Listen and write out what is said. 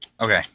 okay